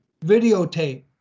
Videotape